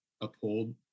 uphold